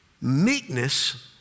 meekness